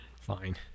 Fine